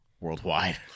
worldwide